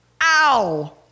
Ow